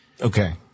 Okay